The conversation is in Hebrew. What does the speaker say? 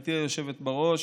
גברתי היושבת-ראש,